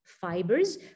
fibers